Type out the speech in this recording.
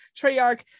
treyarch